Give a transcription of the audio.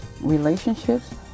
relationships